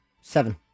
Seven